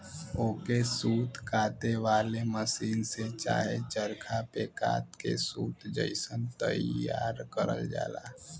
ओके सूत काते वाले मसीन से चाहे चरखा पे कात के सूत जइसन तइयार करल जाला